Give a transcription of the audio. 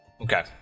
Okay